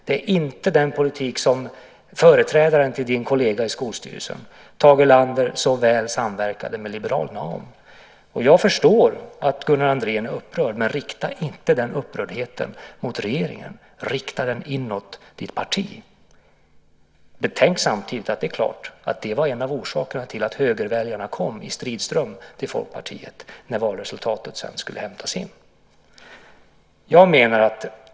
Det är inte den politik som företrädaren till din kollega i skolstyrelsen Tage Erlander så väl samverkade med liberalerna om. Jag förstår att Gunnar Andrén är upprörd, men rikta inte den upprördheten mot regeringen. Rikta den inåt ditt parti. Betänk samtidigt att det är klart att det var en av orsakerna till att högerväljarna i strid ström kom till Folkpartiet när valresultatet sedan skulle hämtas in.